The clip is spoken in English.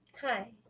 Hi